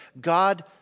God